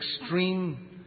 extreme